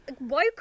woke